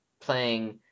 playing